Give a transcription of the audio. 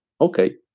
Okay